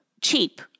cheap